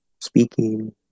speaking